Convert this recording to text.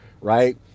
right